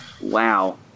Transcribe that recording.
Wow